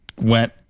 went